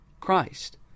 Christ